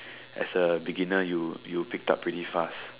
as a beginner you picked up pretty fast